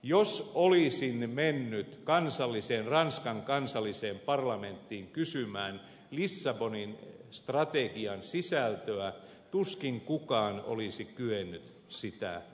jos olisin mennyt ranskan kansalliseen parlamenttiin kysymään lissabonin strategian sisältöä tuskin kukaan olisi kyennyt sitä kertomaan